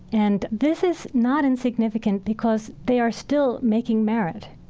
and this is not insignificant because they are still making merit.